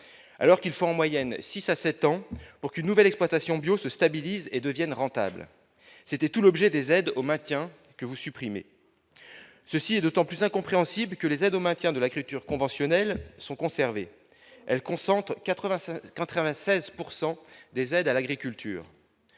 alors qu'il faut en moyenne 6 à 7 ans pour qu'une nouvelle exploitation bio se stabilise et devienne rentable, c'était tout l'objet des aides au maintien que vous supprimez ceci est d'autant plus incompréhensible que les aides au maintien de la créature conventionnels sont conservés concentre 85 96 pourcent des aides à l'agriculture,